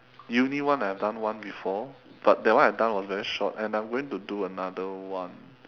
uni one I have done one before but that one I done was very short and I'm going to do another one